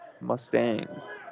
Mustangs